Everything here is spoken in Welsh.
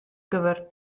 gyfer